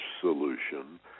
solution